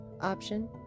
option